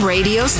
Radio